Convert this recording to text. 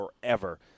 forever